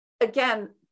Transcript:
again